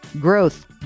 growth